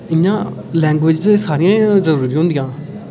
इ'यां लैंग्विजिज सारियां जरूरी होंदियां